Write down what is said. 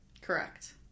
Correct